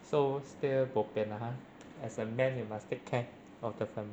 so still bo pian lah !huh! as a man you must take care of the family